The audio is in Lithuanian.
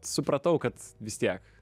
supratau kad vis tiek